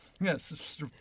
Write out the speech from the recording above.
Yes